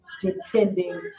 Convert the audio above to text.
depending